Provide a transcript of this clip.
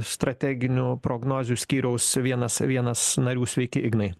strateginių prognozių skyriaus vienas vienas narių sveiki ignai